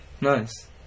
Nice